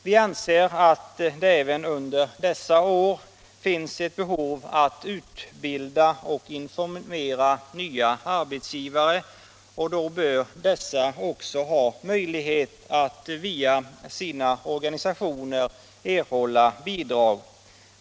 Vi anser att det även under dessa år finns ett behov av att utbilda och informera nya arbetsgivare, och då bör dessa också ha möjlighet att via sina organisationer erhålla bidrag.